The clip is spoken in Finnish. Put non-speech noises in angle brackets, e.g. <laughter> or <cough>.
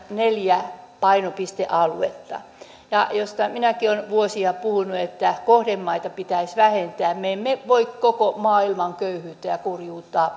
neljä painopistealuetta ja se josta minäkin olen vuosia puhunut että kohdemaita pitäisi vähentää me emme voi koko maailman köyhyyttä ja ja kurjuutta <unintelligible>